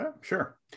Sure